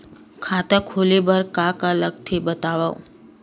खाता खोले बार का का लगथे बतावव?